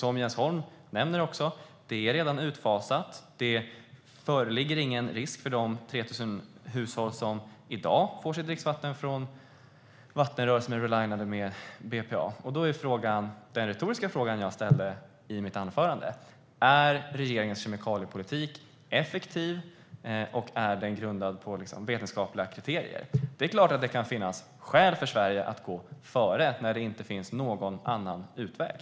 Som Jens Holm nämner är det redan utfasat. Ingen risk föreligger för de 3 000 hushåll som i dag får sitt dricksvatten från vattenrör som är relinade med BPA. Då blir frågan den retoriska fråga jag ställde i mitt anförande: Är regeringens kemikaliepolitik effektiv, och är den grundad på vetenskapliga kriterier? Det är klart att det kan finnas skäl för Sverige att gå före när det inte finns någon annan utväg.